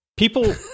People